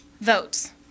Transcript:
votes